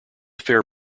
fair